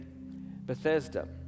Bethesda